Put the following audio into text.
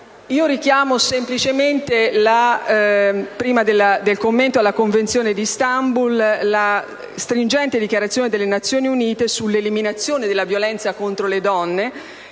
Istanbul, la stringente dichiarazione delle Nazioni Unite sull'eliminazione della violenza contro le donne,